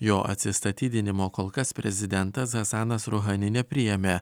jo atsistatydinimo kol kas prezidentas hasanas ruhani nepriėmė